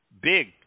Big